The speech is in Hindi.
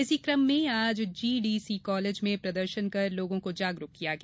इसी कम में आज जीडीसी कॉलेज में प्रदर्शन कर लोगों को जागरूक किया गया